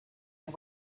and